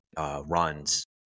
runs